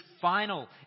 final